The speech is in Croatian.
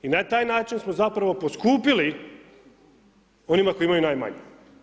I na taj način smo zapravo poskupili onima koji imaju najmanje.